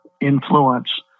influence